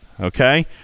Okay